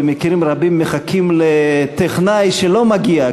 במקרים רבים מחכים לטכנאי שלא מגיע,